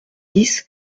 dix